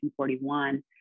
1941